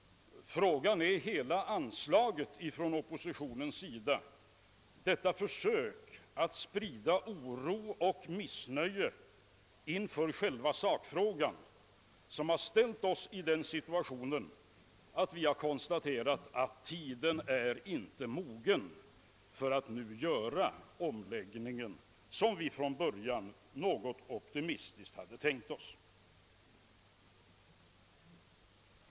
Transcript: Detta anslag från oppositionens sida, detta försök att sprida oro och missnöje inför själ va sakfrågan har ställt oss i den situationen att vi måste konstatera att tiden inte är mogen för att nu göra omläggningen, som vi från början något optimistiskt hade tänkt oss.